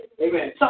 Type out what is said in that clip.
Amen